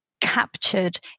captured